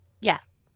Yes